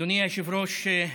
אדוני היושב-ראש,